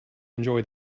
enjoy